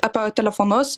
apie telefonus